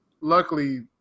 Luckily